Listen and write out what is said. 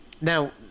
Now